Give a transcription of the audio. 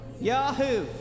Yahoo